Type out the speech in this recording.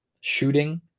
shooting